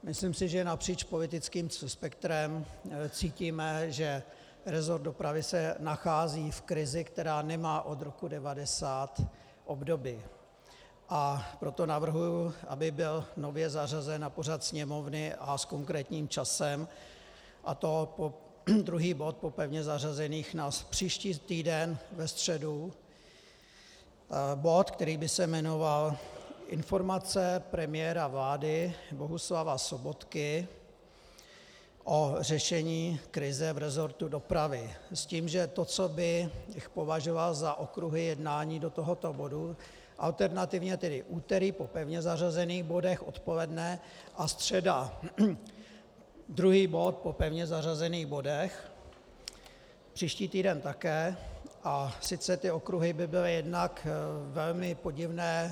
Myslím, že napříč politickým spektrem cítíme, že resort dopravy se nachází v krizi, která nemá od roku 1990 obdoby, a proto navrhuji, aby byl nově zařazen na pořad Sněmovny a s konkrétním časem, a to druhý bod po pevně zařazených na příští týden ve středu, který by se jmenoval Informace premiéra vlády Bohuslava Sobotky o řešení krize v resortu dopravy, s tím, že to, co bych považoval za okruhy jednání do tohoto bodu, alternativně tedy úterý po pevně zařazených bodech odpoledne a středa druhý bod po pevně zařazených bodech, příští týden také, a sice ty okruhy by byly jednak velmi podivné